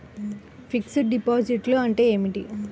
Fixed డిపాజిట్లు అంటే ఏమిటి?